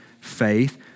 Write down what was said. faith